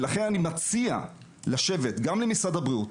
ולכן, אני מציע לשבת גם עם משרד הבריאות,